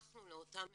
הבטחנו לאותם מנהלים,